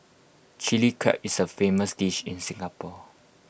Chilli Crab is A famous dish in Singapore